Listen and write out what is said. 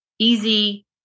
Easy